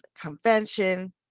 convention